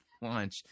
launch